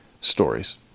stories